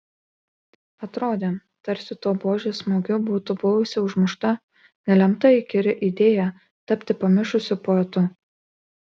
atrodė tarsi tuo buožės smūgiu būtų buvusi užmušta nelemta įkyri idėja tapti pamišusiu poetu